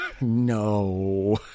No